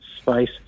space